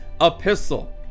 epistle